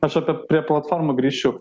aš apie prie platformų grįšiu